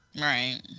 Right